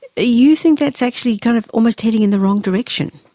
ah you think that's actually kind of almost heading in the wrong direction.